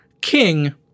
King